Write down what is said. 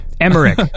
Emmerich